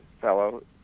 fellow